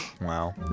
Wow